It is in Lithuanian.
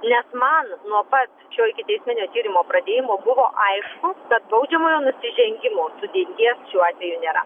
nes man nuo pat šio ikiteisminio tyrimo pradėjimo buvo aišku kad baudžiamojo nusižengimo sudėties šiuo atveju nėra